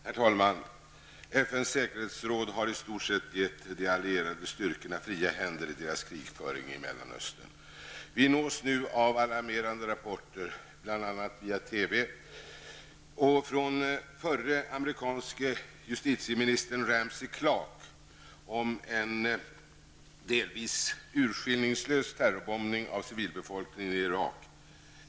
Herr talman! FNs säkerhetsråd har i stort sett gett de allierade styrkorna fria händer i deras krigföring i Mellanöstern. Vi nås nu av alarmerande rapporter, bl.a. via JU pch från förre amerikanske justitieministern Ramsey Clark om en delvis urskillningslös terrorbombning av civilbefolkningen i Irak.